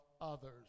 others